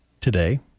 Today